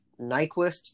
Nyquist